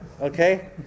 okay